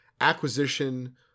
acquisition